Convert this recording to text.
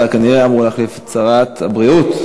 אתה כנראה אמור להחליף את שרת הבריאות.